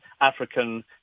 African